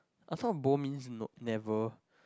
I thought of boom means noob never